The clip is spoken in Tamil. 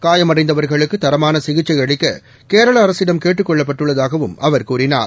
காயமடைந்தவர்களுக்கு தரமான சிகிச்சை அளிக்க கேரள அரசிடம் கேட்டுக் கொள்ளப்பட்டுள்ளதாகவும் அவர் கூறினார்